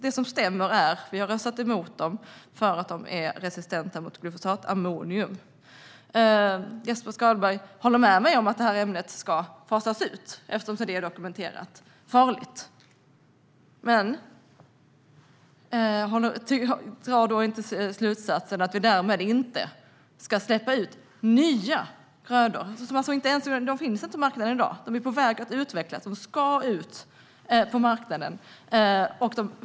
Det som stämmer är att vi har röstat emot dem för att de är resistenta mot glufosinatammonium. Jesper Skalberg håller med mig om att ämnet ska fasas ut eftersom det är dokumenterat farligt, men han drar inte slutsatsen att vi därmed inte ska släppa ut nya grödor. Dessa finns inte ens på marknaden i dag utan är på väg att utvecklas. De ska ut på marknaden senare.